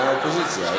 מהאופוזיציה.